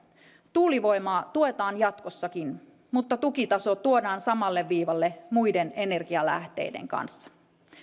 tuulivoimaa tuetaan jatkossakin mutta tukitaso tuodaan samalle viivalle muiden energialähteiden kanssa